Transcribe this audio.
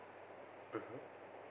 (uh huh)